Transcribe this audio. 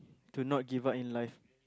to not give up in life